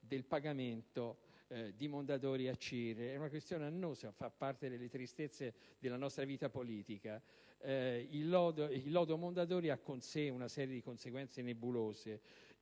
del pagamento di Mondadori a CIR. È una questione annosa, fa parte delle tristezze della nostra vita politica. Il lodo Mondadori ha con sé una serie di conseguenze nebulose.